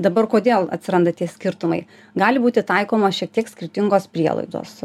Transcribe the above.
dabar kodėl atsiranda tie skirtumai gali būti taikoma šiek tiek skirtingos prielaidos